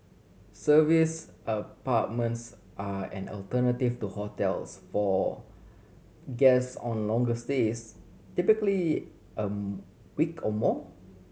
serviced apartments are an alternative to hotels for guests on longer stays typically a week or more